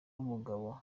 mugabo